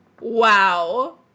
Wow